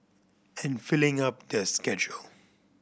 and filling up their schedule